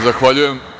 Zahvaljujem.